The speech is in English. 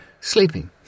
sleeping